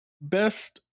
Best